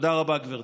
תודה רבה, גברתי.